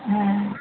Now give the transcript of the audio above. হ্যাঁ